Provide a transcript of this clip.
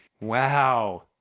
Wow